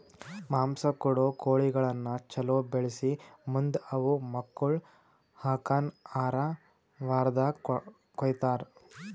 ಮಾಂಸ ಕೊಡೋ ಕೋಳಿಗಳನ್ನ ಛಲೋ ಬೆಳಿಸಿ ಮುಂದ್ ಅವು ಮಕ್ಕುಳ ಹಾಕನ್ ಆರ ವಾರ್ದಾಗ ಕೊಯ್ತಾರ